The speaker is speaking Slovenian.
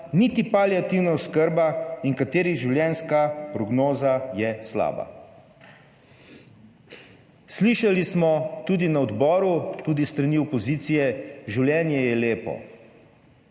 niti paliativna oskrba in katerih življenjska prognoza je slaba. Slišali smo tudi na odboru tudi s strani opozicije: življenje je lepo.